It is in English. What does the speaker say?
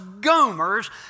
goomers